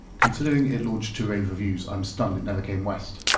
considering it launched to rave reviews, i'm stunned it never came west.